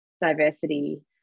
diversity